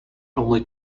only